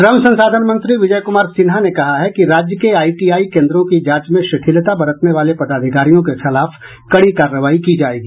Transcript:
श्रम संसाधन मंत्री विजय कुमार सिन्हा ने कहा है कि राज्य के आईटीआई केन्द्रों की जांच में शिथिलता बरतने वाले पदाधिकारियों के खिलाफ कड़ी कार्रवाई की जायेगी